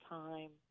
time